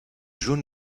jaune